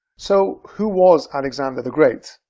so, who was alexander the great?